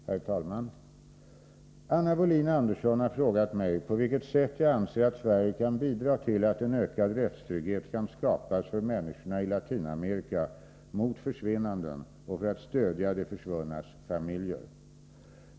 Herr talman! Anna Wohlin-Andersson har frågat mig på vilka sätt jag anser att Sverige kan bidra till att en ökad rättstrygghet kan skapas för människorna i Latinamerika mot försvinnanden och för att stödja de försvunnas familjer.